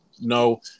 no –